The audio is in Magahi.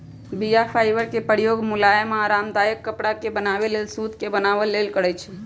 बीया फाइबर के प्रयोग मुलायम आऽ आरामदायक कपरा के बनाबे लेल सुत के बनाबे लेल करै छइ